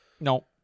No